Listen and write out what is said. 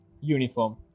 uniform